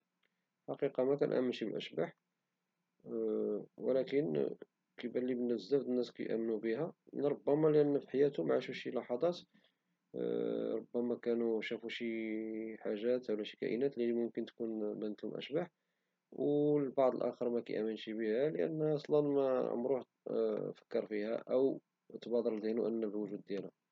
في الحقيقة مكنأمنش بالأشباح ولكن كيبالي بلي بزاف ديال الناس كيأمنو بها ربما لأن في حياتهم عاشو شي لحظات ربما كانو شافو شي حاجات أو كائنات لي ممكن تكون بانتلم أشباح والبعض الآخر مكيأمنش ببها لأن أصلا عمرو فكر فيها أو تبادر لذهنو الوجود ديالها.